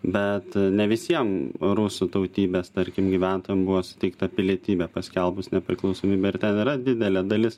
bet ne visiem rusų tautybės tarkim gyventojam buvo suteikta pilietybė paskelbus nepriklausomybę ir ten yra didelė dalis